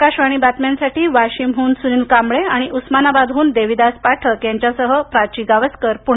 आकाशवाणीच्या बातम्यांसाठी वाशिमहून सुनील कांबळे आणि उस्मानाबादहून देविदास पाठक यांच्यासह प्राची गावस्कर पुणे